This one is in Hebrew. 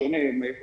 שאין הרבה חולים,